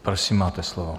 Prosím, máte slovo.